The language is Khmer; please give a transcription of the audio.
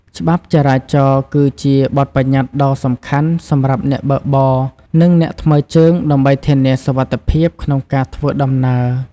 ច្បាប់ចរាចរណ៍គឺជាបទប្បញ្ញត្តិដ៏សំខាន់សម្រាប់អ្នកបើកបរ និងអ្នកថ្មើរជើងដើម្បីធានាសុវត្ថិភាពក្នុងការធ្វើដំណើរ។